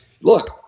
look